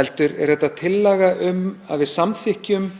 heldur er þetta tillaga um að við samþykkjum